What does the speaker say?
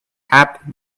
happen